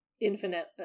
infinite